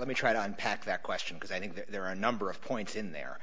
let me try to unpack that question because i think there are a number of points in there